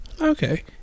Okay